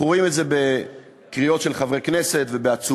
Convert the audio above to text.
אנחנו רואים את זה בקריאות של חברי כנסת ובעצומות